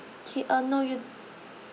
okay uh no you